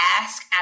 ask